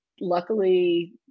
luckily